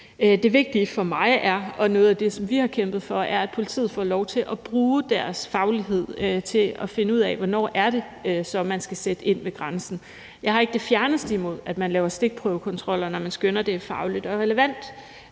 Det vigtige for mig og noget af det, som vi har kæmpet for, er, at politiet får lov til at bruge deres faglighed til at finde ud af, hvornår det så er, man skal sætte ind ved grænsen. Jeg har ikke det fjerneste imod, at man laver stikprøvekontroller, når man skønner, det er fagligt og relevant.